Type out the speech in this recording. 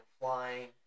flying